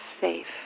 safe